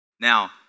Now